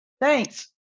Thanks